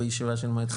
המים.